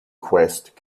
quest